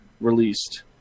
released